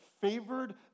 favored